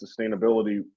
sustainability